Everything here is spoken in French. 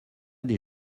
des